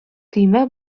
көймә